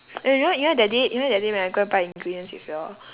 eh you know you know that day you know that day when I go and buy ingredients with you all